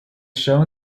shown